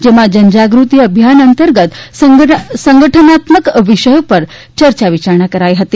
જેમા જનજાગૃતિ અભિયાન અતર્ગ સંગઠનાત્મનક વિષયો પરચર્ચા વિચારણા કરાઈ હતી